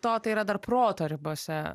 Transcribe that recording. to tai yra dar proto ribose